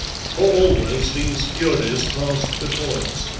for always these furies passed before us.